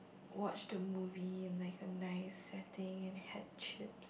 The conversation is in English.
watched a movie in like a nice setting and had chip